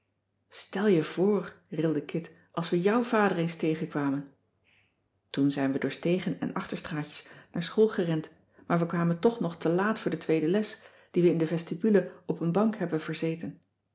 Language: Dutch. stel je voor rilde kit als we jouw vader eens tegenkwamen toen zijn we door stegen en achterstraatjes naar school gerend maar we kwamen toch nog te laat voor de tweede les die we in de vestibule op een bank hebben